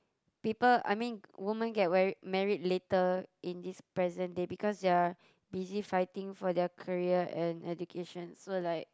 people I mean woman get very married later in this present day because they are busy fighting for their career and education so like